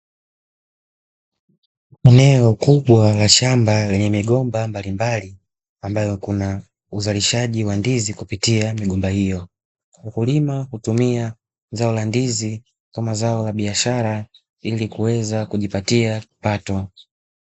Eneo kubwa la shamba lenye migomba mbalimbali, ambayo kuna uzalishaji wa ndizi kupitia migomba hiyo. Mkulima hutumia zao la ndizi kama zao la biashara, ili kuweza kujipatia kipato.